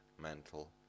mental